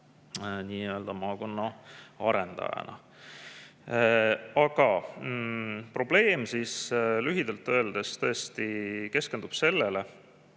nii-öelda maakonna arendajana. Aga probleem lühidalt öeldes keskendub sellele,